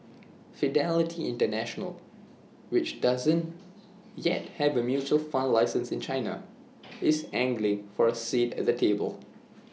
fidelity International which doesn't yet have A mutual fund license in China is angling for A seat at the table